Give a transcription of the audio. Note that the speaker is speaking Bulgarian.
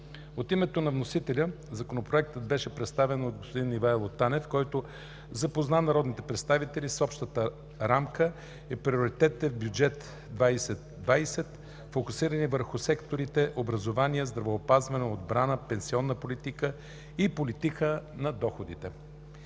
От името на вносителя Законопроектът беше представен от господин Ивайло Танев, който запозна народните представители с общата рамка и приоритетите в бюджет 2020, фокусирани върху секторите образование, здравеопазване, отбрана, пенсионна политика и политика по доходите.